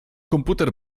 komputer